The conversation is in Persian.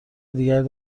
دیگری